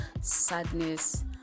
sadness